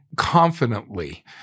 confidently